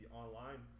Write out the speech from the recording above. online